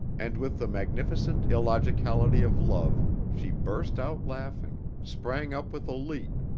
and with the magnificent illogicality of love she burst out laughing, sprang up with a leap,